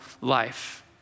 life